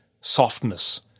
softness